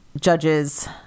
judges